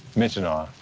mitch and i,